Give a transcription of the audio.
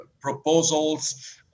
proposals